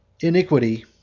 Iniquity